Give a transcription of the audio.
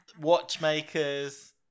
watchmakers